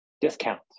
discount